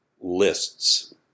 lists